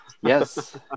Yes